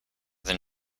than